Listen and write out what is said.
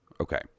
Okay